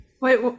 Wait